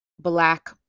black